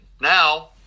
now